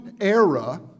era